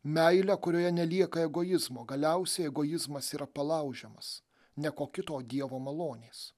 meilę kurioje nelieka egoizmo galiausiai egoizmas yra palaužiamas ne ko kito o dievo malonės